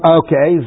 okay